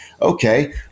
okay